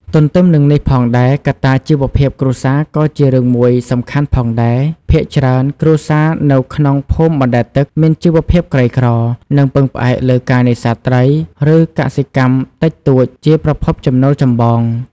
ទន្ទឹមនឹងនេះផងដែរ កត្តាជីវភាពគ្រួសារក៏ជារឿងមួយសំខាន់ផងដែរ ភាគច្រើនគ្រួសារនៅក្នុងភូមិបណ្តែតទឹក មានជីវភាពក្រីក្រ និងពឹងផ្អែកលើការនេសាទត្រី ឬកសិកម្មតិចតួចជាប្រភពចំណូលចម្បង។